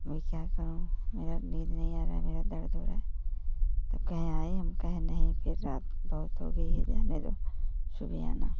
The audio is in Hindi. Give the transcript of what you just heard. मैं क्या करूँ मेरा नींद नहीं आ रहा मेरा दर्द हो रहा है तो कहें आएँ हम कहें नहीं फिर रात बहुत हो गई है जाने दो सुबह आना